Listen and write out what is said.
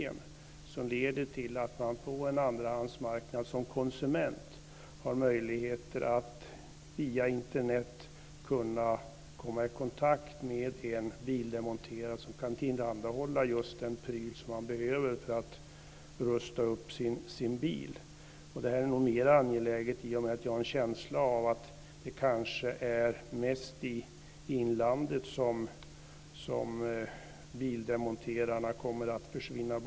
Då har man som konsument möjlighet att på en andrahandsmarknad, via Internet, komma i kontakt med en bildemonterare som kan tillhandahålla just den pryl som man behöver för att rusta upp sin bil. Det här är nog mera angeläget i och med att jag har en känsla av att det kanske är mest i inlandet som bildemonterarna kommer att försvinna.